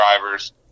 drivers